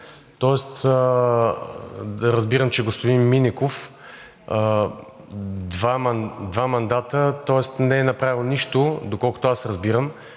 Тоест да разбирам, че господин Минеков два мандата не е направил нищо, доколкото аз разбирам,